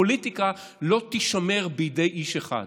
הפוליטיקה לא תישמר בידי איש אחד.